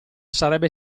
sarebbe